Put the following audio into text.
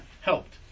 helped